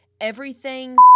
everything's